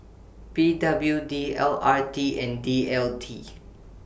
P W D L R T and D T L